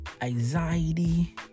anxiety